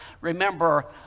remember